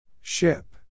Ship